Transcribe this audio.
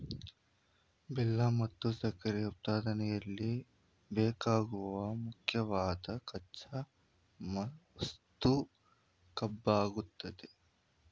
ಬೆಲ್ಲ ಮತ್ತು ಸಕ್ಕರೆ ಉತ್ಪಾದನೆಯಲ್ಲಿ ಬೇಕಾಗುವ ಮುಖ್ಯವಾದ್ ಕಚ್ಚಾ ವಸ್ತು ಕಬ್ಬಾಗಯ್ತೆ